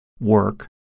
work